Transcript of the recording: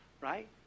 right